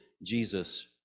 Jesus